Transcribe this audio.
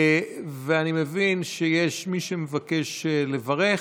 אני מבין שיש מי שמבקש לברך.